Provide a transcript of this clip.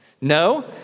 No